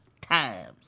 times